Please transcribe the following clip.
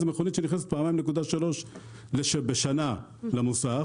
זה מכונית שנכנסת 2.3 פעמים בשנה למוסך,